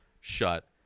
shut